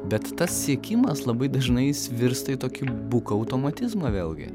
bet tas siekimas labai dažnai jis virsta į tokį buką automatizmą vėlgi